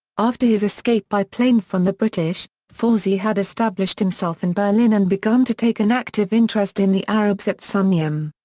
after his escape by plane from the british, fauzi had established himself in berlin and begun to take an active interest in the arabs at sunium.